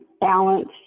balance